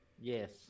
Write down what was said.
Yes